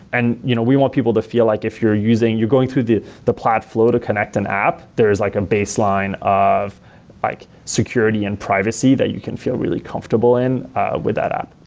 and you know we want people to feel like if you're using you're going to the the plaid flow to connect an app, there is like a baseline of like security and privacy that you can feel really comfortable in with that app.